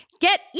Get